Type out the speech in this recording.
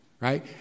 right